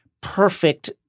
perfect